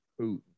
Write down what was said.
Putin